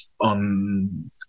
on